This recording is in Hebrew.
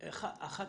אחת